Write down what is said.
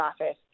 office